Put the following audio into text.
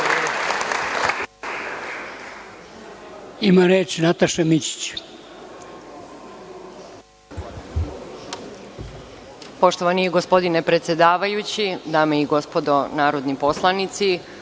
Ima reč Nataša Mićić.